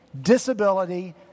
Disability